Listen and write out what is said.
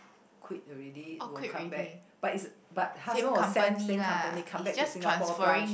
quit already will come back but it's but husband will send same company come back to Singapore branch